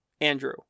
andrew